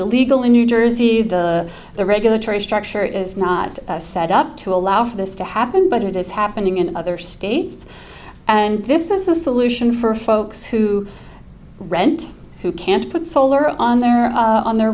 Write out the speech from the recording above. illegal in new jersey the the regulatory structure is not set up to allow for this to happen but it is happening in other states and this is a solution for folks who rent who can't put solar on their on the